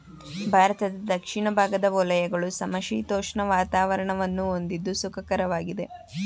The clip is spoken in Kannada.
ಭಾರತದ ದಕ್ಷಿಣ ಭಾಗದ ವಲಯಗಳು ಸಮಶೀತೋಷ್ಣ ವಾತಾವರಣವನ್ನು ಹೊಂದಿದ್ದು ಸುಖಕರವಾಗಿದೆ